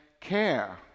care